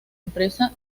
empresa